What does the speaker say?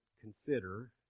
consider